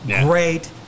great